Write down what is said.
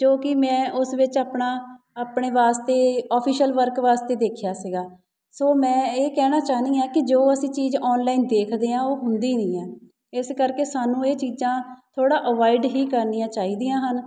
ਜੋ ਕਿ ਮੈਂ ਉਸ ਵਿੱਚ ਆਪਣਾ ਆਪਣੇ ਵਾਸਤੇ ਓਫਿਸ਼ਅਲ ਵਰਕ ਵਾਸਤੇ ਦੇਖਿਆ ਸੀਗਾ ਸੋ ਮੈਂ ਇਹ ਕਹਿਣਾ ਚਾਹੁੰਦੀ ਹਾਂ ਕਿ ਜੋ ਅਸੀਂ ਚੀਜ਼ ਔਨਲਾਈਨ ਦੇਖਦੇ ਹਾਂ ਉਹ ਹੁੰਦੀ ਨਹੀਂ ਹੈ ਇਸ ਕਰਕੇ ਸਾਨੂੰ ਇਹ ਚੀਜ਼ਾਂ ਥੋੜ੍ਹਾ ਅਵੋਇਡ ਹੀ ਕਰਨੀਆਂ ਚਾਹੀਦੀਆਂ ਹਨ